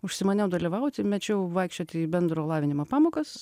užsimaniau dalyvauti mečiau vaikščioti į bendro lavinimo pamokas